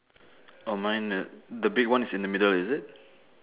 oh mine the big one is in the middle is it